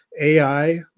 AI